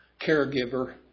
caregiver